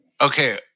okay